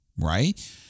right